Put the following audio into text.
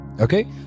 Okay